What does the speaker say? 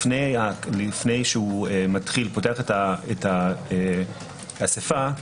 לפני שהוא פותח את האספה,